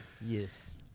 Yes